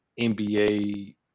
NBA